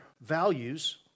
values